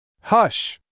Hush